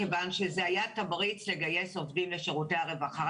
כיוון שזה היה תמריץ לגייס עובדים לשירותי הרווחה,